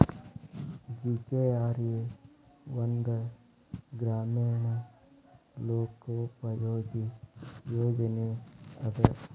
GKRA ಒಂದ ಗ್ರಾಮೇಣ ಲೋಕೋಪಯೋಗಿ ಯೋಜನೆ ಅದ